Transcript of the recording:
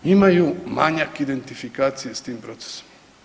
Imaju manjak identifikacije sa tim procesom.